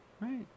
right